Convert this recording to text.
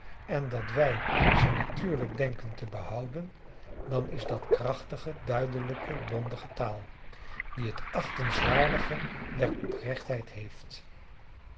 en dat wij ze natuurlijk denken te behouden dan is dat krachtige duidelijke bondige taal die het achtenswaardige der oprechtheid heeft